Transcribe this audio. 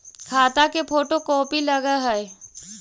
खाता के photocopy लगहै?